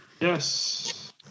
Yes